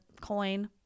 coin